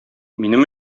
минем